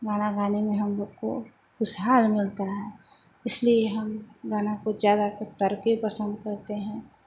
गाना गाने में हम लोग को खुशहाली मिलती है इसलिए हम गाना को ज़्यादा पसंद करते हैं